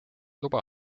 luba